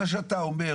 מה שאתה אומר,